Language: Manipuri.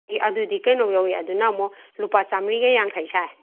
ꯏ ꯑꯗꯨꯗꯤ ꯀꯩꯅꯣ ꯌꯧꯏ ꯑꯗꯨꯅ ꯑꯃꯨꯛ ꯂꯨꯄꯥ ꯆꯥꯝꯃꯔꯤꯒ ꯌꯥꯡꯈꯩ ꯁꯥꯏ